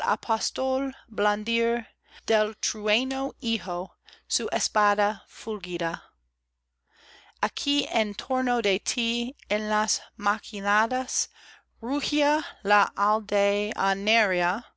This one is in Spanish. apóstol blandir del trueno hijo su espada fúlgida aquí en torno de tí en las machinadas rugió la